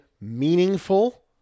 meaningful